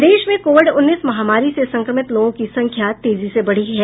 प्रदेश में कोविड उन्नीस महामारी से संक्रमित लोगों की संख्या तेजी से बढ़ी है